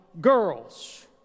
girls